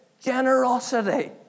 generosity